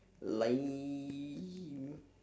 lame